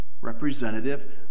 Representative